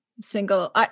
single